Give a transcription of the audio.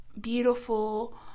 Beautiful